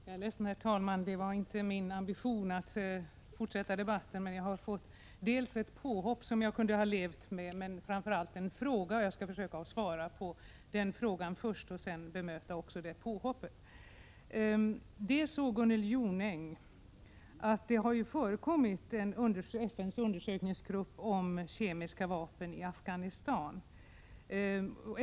Herr talman! Min ambition var inte att fortsätta debatten, men dels förekom det ett påhopp på mig, som jag ju kunde ha levt med, dels ställdes det en fråga till mig. Jag skall försöka svara på frågan först och sedan bemöta påhoppet. Det har, Gunnel Jonäng, varit en FN:s undersökningsgrupp när det gäller kemiska vapen i Afghanistan.